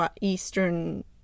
eastern